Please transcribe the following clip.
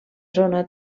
zona